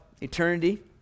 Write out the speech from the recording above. eternity